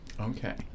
Okay